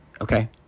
okay